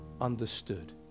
understood